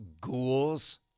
ghouls